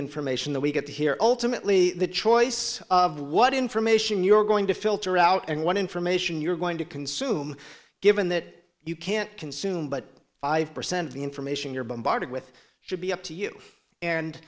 information that we get here alternately the choice of what information you're going to filter out and what information you're going to consume given that you can't consume but five percent of the information you're bombarded with should be up to you and